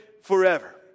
forever